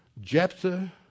Jephthah